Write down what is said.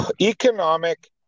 economic